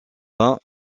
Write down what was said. vin